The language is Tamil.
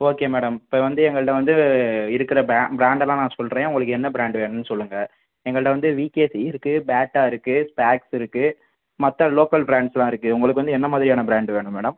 ஓகே மேடம் இப்போ வந்து எங்கள்கிட்ட வந்து இருக்கிற பே பிராண்டலாம் நான் சொல்கிறேன் உங்களுக்கு என்ன பிராண்டு வேணும்ன்னு சொல்லுங்கள் எங்கள்கிட்ட விகேசி இருக்கு பேட்டா இருக்கு பேக்ஸ் இருக்கு மற்ற லோக்கல் பிராண்ட்ஸ்லாம் இருக்கு உங்களுக்கு என்ன மாதிரியான பிராண்ட் வேணும் மேடம்